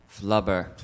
Flubber